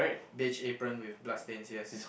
apron with blood stains yes